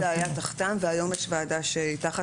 אז פעם באמת זה היה תחתם והיום יש ועדה שהיא תחת